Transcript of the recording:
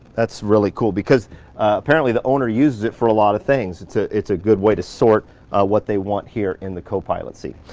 that's really cool, because apparently the owner uses it for a lot of things. it's ah it's a good way to sort what they want here in the copilot seat.